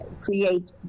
create